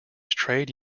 trade